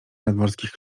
nadmorskich